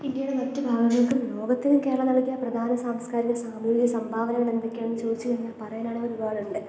ഇന്ത്യയിലെ മറ്റു ഭാഗങ്ങൾക്കും ലോകത്തിനും കേരളം നൽകിയ പ്രധാന സാംസ്കാരിക സാമൂഹിക സംഭാവനകളെന്തൊക്കെയാണെന്ന് ചോദിച്ച് കഴിഞ്ഞാൽ പറയാനാണെങ്കിൽ ഒരുപാടുണ്ട്